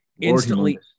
instantly